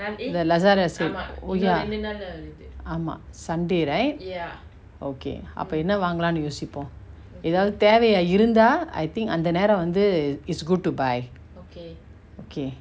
the lazada sale oh ya ஆமா:aama sunday right okay அப என்ன வாங்கலானு யோசிப்போ எதாவது தேவயா இருந்தா:apa enna vaangalanu yosipo ethavathu thevaya iruntha I think அந்த நேரோ வந்து:antha nero vanthu is good to buy okay